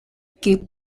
que